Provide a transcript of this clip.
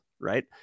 right